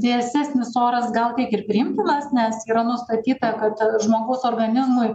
vėsesnis oras gal kiek ir priimtinas nes yra nustatyta kad žmogaus organizmui